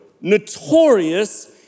notorious